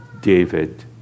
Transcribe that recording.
David